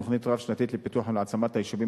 תוכנית רב-שנתית לפיתוח ולהעצמת היישובים